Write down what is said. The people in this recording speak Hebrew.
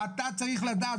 אתה צריך לדעת,